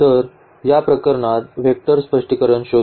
तर या प्रकरणात वेक्टर स्पष्टीकरण शोधू